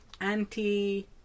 anti